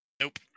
Nope